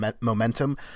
momentum